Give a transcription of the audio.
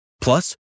Plus